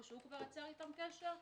או הוא יצר אתם קשר.